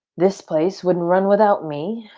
this place wouldn't run without me.